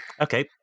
Okay